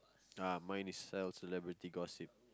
uh mine is sell celebrity gossip